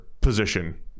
position